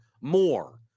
more